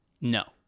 no